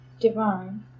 Divine